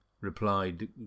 replied